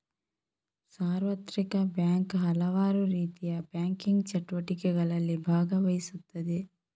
ಸಾರ್ವತ್ರಿಕ ಬ್ಯಾಂಕು ಹಲವಾರುರೀತಿಯ ಬ್ಯಾಂಕಿಂಗ್ ಚಟುವಟಿಕೆಗಳಲ್ಲಿ ಭಾಗವಹಿಸುತ್ತದೆ